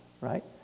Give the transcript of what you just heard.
right